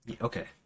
Okay